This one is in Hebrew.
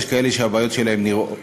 יש כאלה שהבעיות שלהם נראות,